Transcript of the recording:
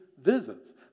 visits